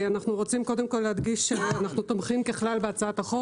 אנחנו רוצים קודם כל להדגיש שאנחנו תומכים ככלל בהצעת החוק.